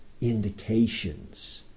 indications